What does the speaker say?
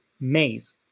maze